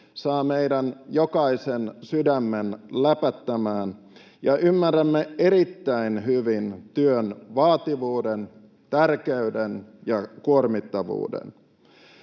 saa meistä jokaisen sydämen läpättämään ja ymmärrämme erittäin hyvin työn vaativuuden, tärkeyden ja kuormittavuuden.